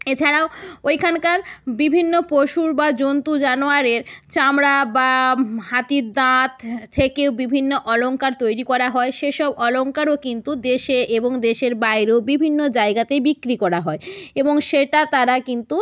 এছাড়াও ওইখানকার বিভিন্ন পশুর বা জন্তু জানোয়ারের চামড়া বা হাতির দাঁত থেকেও বিভিন্ন অলংকার তৈরি করা হয় সেসব অলংকারও কিন্তু দেশে এবং দেশের বাইরেও বিভিন্ন জায়গাতে বিক্রি করা হয় এবং সেটা তারা কিন্তু